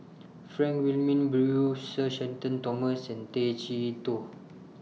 Frank Wilmin Brewer Sir Shenton Thomas and Tay Chee Toh